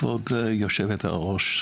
כבוד יושבת-הראש,